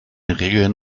regeln